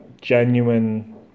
genuine